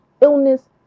illness